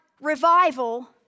revival